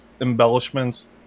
embellishments